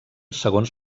segons